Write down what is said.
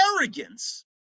arrogance